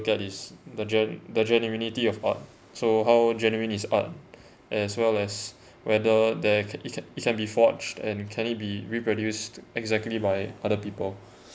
at is the gen~ the genuinity of art so how genuine is art as well as whether that can it can it can be forged and can it be reproduced exactly by other people